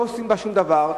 לא עושים בה שום דבר.